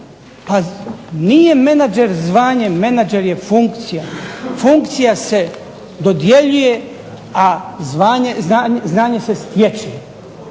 Pa nije menadžer zvanje. Menadžer je funkcija. Funkcija se dodjeljuje, a znanje se stječe.